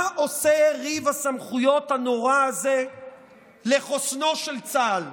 מה עושה ריב הסמכויות הנורא הזה לחוסנו של צה"ל?